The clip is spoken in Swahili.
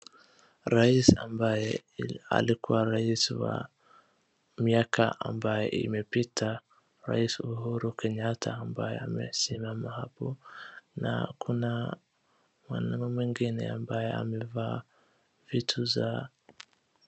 Rais ambaye alikuwa rais wa miaka ambaye imepita rais Uhuru Kenyatta ambaye amesimama hapo na kuna mwanaume mwingine ambaye amevaa vitu za.